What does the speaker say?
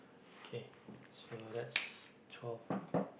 K so that's twelve